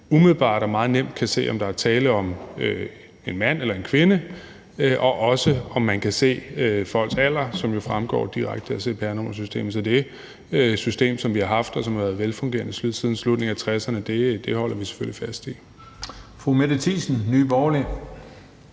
umiddelbart og meget nemt kan se, om der er tale om en mand eller en kvinde. Man kan også se folks alder, som jo fremgår direkte af cpr-nummersystemet. Så det system, som vi har, og som har været velfungerende siden slutningen af 1960'erne, holder vi selvfølgelig fast i.